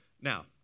Now